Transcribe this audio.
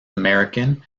american